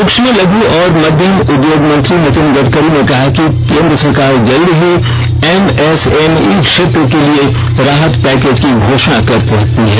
सूक्ष्म लघ् और मध्यम उद्योग मंत्री नितिन गड़करी ने कहा कि केंद्र सरकार जल्दी ही एम एस एम ई क्षेत्र के लिए राहत पैकेज की घोषणा कर सकती है